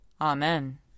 Amen